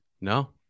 no